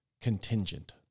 contingent